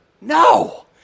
No